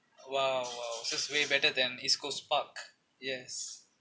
!wow! !wow! just way better than east coast park yes